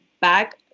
back